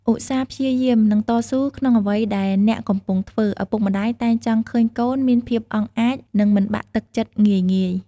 ឧស្សាហ៍ព្យាយាម និងតស៊ូក្នុងអ្វីដែលអ្នកកំពុងធ្វើ ឪពុកម្ដាយតែងចង់ឃើញកូនមានភាពអង់អាច និងមិនបាក់ទឹកចិត្តងាយៗ។